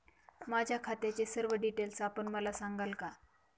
माझ्या खात्याचे सर्व डिटेल्स आपण मला सांगाल का?